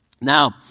Now